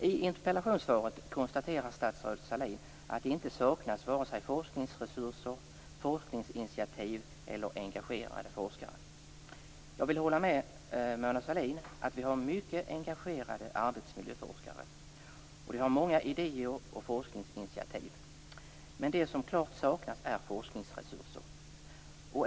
I interpellationssvaret konstaterar statsrådet Sahlin att det inte saknas vare sig forskningsresurser, forskningsinitiativ eller engagerade forskare. Jag vill hålla med Mona Sahlin om att vi har många engagerade arbetsmiljöforskare, och de har många idéer och forskningsinitiativ. Men det som klart saknas är forskningsresurser.